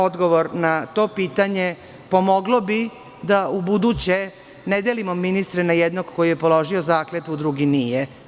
Odgovor na to pitanje pomoglo bi da u buduće ne delimo ministre na jednog koji je položio zakletvu, a drugi nije.